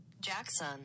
Jackson